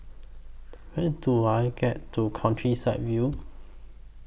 How Do I get to Countryside View